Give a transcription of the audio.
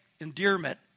endearment